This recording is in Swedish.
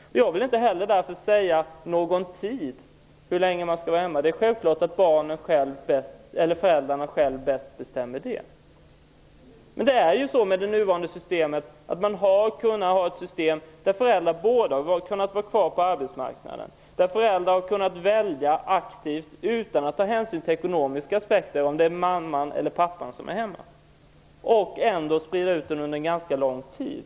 Jag vill därför inte heller säga hur länge man skall vara hemma. Det är självklart att föräldrarna själva bäst bestämmer det. Men det nuvarande systemet har inneburit att båda föräldrarna har kunnat vara kvar på arbetsmarknaden. Föräldrar har aktivt, utan att ta hänsyn till ekonomiska aspekter, kunnat välja om det är mamman eller pappan som skall vara hemma. Ändå har man kunnat sprida ut ledigheten under en ganska lång tid.